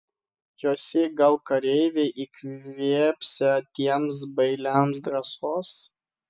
josi gal kareiviai įkvėpsią tiems bailiams drąsos